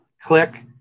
Click